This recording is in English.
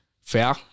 Fair